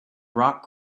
rock